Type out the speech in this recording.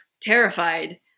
terrified